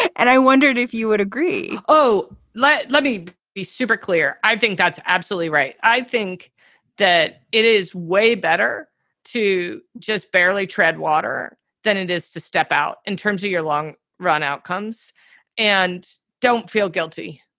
and i wondered if you would agree oh, let let me be super clear. i think that's absolutely right. i think that it is way better to just barely tread water than it is to step out in terms of your long run outcomes and don't feel guilty.